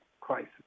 crisis